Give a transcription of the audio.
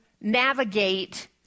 navigate